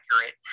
accurate